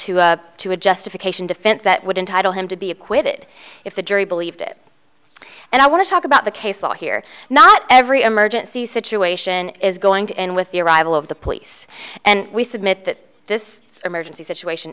to to a justification defense that would entitle him to be acquitted if the jury believed it and i want to talk about the case law here not every emergency situation is going to end with the arrival of the police and we submit that this emergency situation